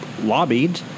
lobbied